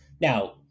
now